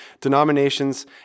denominations